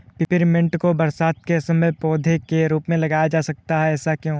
Peppermint को बरसात के समय पौधे के रूप में लगाया जाता है ऐसा क्यो?